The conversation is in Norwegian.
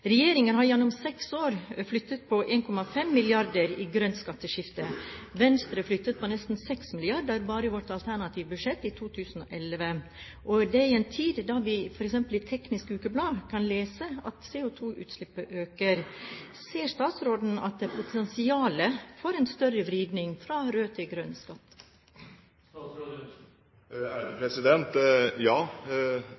Regjeringen har gjennom seks år flyttet på 1,5 mrd. kr i grønt skatteskifte. Venstre flyttet på nesten 6 mrd. kr bare i sitt alternative budsjett i 2011, og det i en tid da vi f.eks. i Teknisk Ukeblad kan lese at CO2-utslippet øker. Ser statsråden at det er potensial for en større vridning fra rød til grønn skatt?